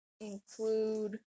include